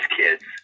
kids